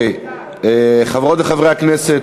חברות וחברי הכנסת,